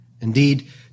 Indeed